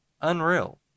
Unreal